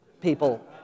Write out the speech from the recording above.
people